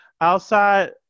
outside